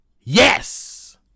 Yes